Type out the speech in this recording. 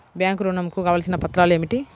Bank ఋణం కు కావలసిన పత్రాలు ఏమిటి?